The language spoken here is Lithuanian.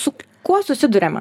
su kuo susiduriame